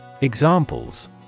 Examples